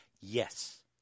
Yes